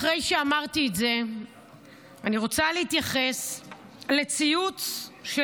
אחרי שאמרתי את זה אני רוצה להתייחס לציוץ של